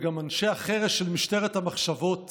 וגם אנשי החרש של משטרת המחשבות